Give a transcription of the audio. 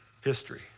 History